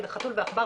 של בני נוער,